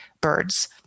birds